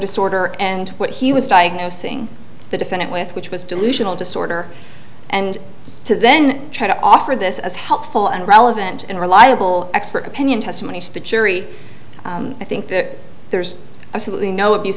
disorder and what he was diagnosing the defendant with which was delusional disorder and to then try to offer this as helpful and relevant and reliable expert opinion testimony to the jury i think that there's absolutely no abuse